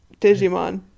Digimon